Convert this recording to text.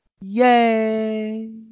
Yay